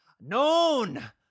known